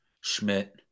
Schmidt